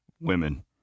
Women